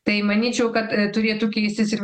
tai manyčiau kad turėtų keistis ir